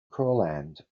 courland